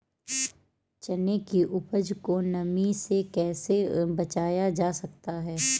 चने की उपज को नमी से कैसे बचाया जा सकता है?